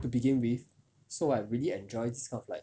to begin with so I really enjoyed this kind of like